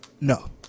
no